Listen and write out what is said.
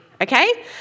okay